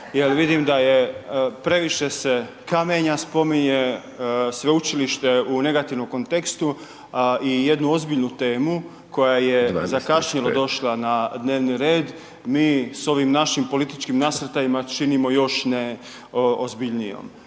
jer vidim, previše se kamenja spominje, sveučilište je u negativnom kontekstu i jednu ozbiljnu, koja je zakašnjelo došla na dnevni red. Mi s ovim našim političkim nasrtajima, činimo još ne ozbiljnijom.